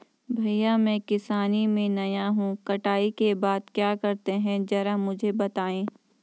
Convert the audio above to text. भैया मैं किसानी में नया हूं कटाई के बाद क्या करते हैं जरा मुझे बताएं?